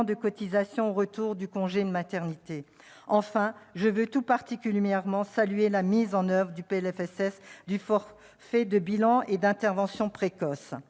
des cotisations au retour du congé maternité. Enfin, je veux tout particulièrement saluer la mise en oeuvre dans ce PLFSS d'un « forfait de bilan et intervention précoce